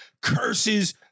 curses